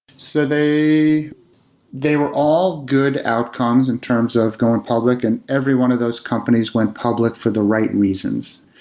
so they they were all good outcomes in terms of going public, and every one of those companies went public for the right reasons.